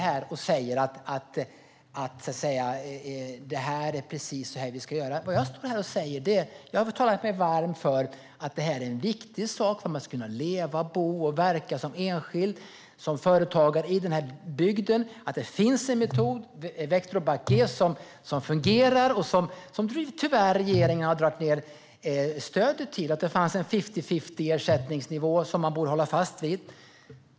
Jag säger inte att det är precis så här vi ska göra, utan jag har talat mig varm för att detta är en viktig sak för att man ska kunna leva, bo och verka som enskild och som företagare i den här bygden. Det finns en metod, Vectobac G, som fungerar men som regeringen tyvärr har dragit ned stödet till. Det fanns en ersättningsnivå på fifty-fifty, som man borde hålla fast vid.